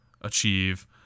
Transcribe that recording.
achieve